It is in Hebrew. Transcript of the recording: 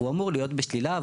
הוא אמור להיות בשלילה.